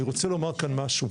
אני רוצה לומר כאן משהו.